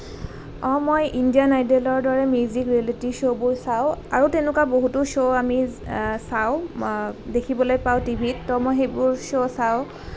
অঁ মই ইণ্ডিয়ান আইডলৰ দৰে মিউজিক ৰিয়েলিটী শ্ব'বোৰ চাওঁ আৰু তেনেকুৱা বহুতো শ্ব' আমি চাওঁ দেখিবলৈ পাওঁ টিভিত তো মই সেইবোৰ শ্ব' চাওঁ